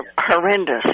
horrendous